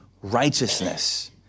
righteousness